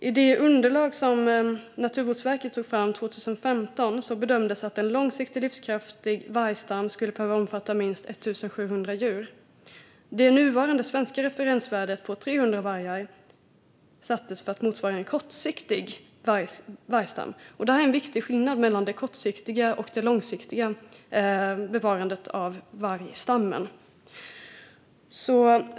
I det underlag som Naturvårdsverket tog fram 2015 bedömdes att en långsiktigt livskraftig vargstam skulle behöva omfatta minst 1 700 djur. Det nuvarande svenska referensvärdet på 300 vargar sattes för att motsvara en kortsiktig vargstam. Det här är en viktig skillnad mellan det kortsiktiga och det långsiktiga bevarandet av vargstammen.